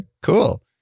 cool